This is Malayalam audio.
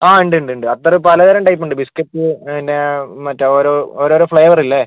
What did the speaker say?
അ ഉണ്ട് ഉണ്ട് ഉണ്ട് അത്തറ് പലതരം ടൈപ്പുണ്ട് ബിസ്ക്കറ്റ് പിന്നെ മറ്റേ ഓരോരോ ഫ്ലേവറില്ലേ